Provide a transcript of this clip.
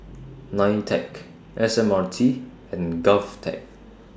NITEC S M R T and Govtech